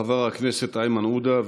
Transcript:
חבר הכנסת איימן עודה,